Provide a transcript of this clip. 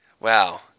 Wow